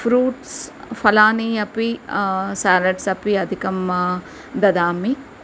fruits फलानि अपि salads अपि अधिकं ददामि